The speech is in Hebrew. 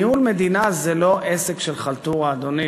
ניהול מדינה זה לא עסק של חלטורה, אדוני